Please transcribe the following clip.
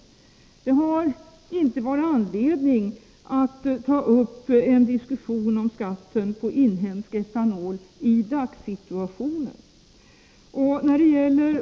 Det har i dagssituationen inte varit anledning att ta upp en diskussion om skatten på inhemsk etanol.